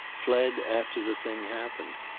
fled after the thing happened.